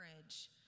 courage